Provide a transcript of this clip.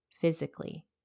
physically